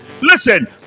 listen